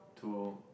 to